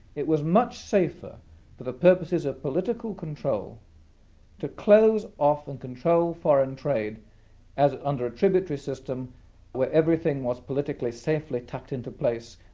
it was much safer for the purposes of political control to close off and control foreign trade under a tributary system where everything was politically safely tucked into place,